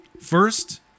First